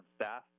staff